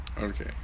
Okay